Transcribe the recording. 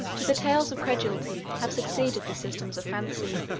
to the tales of credulity have succeeded the systems of fancy.